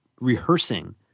rehearsing